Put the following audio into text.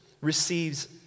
receives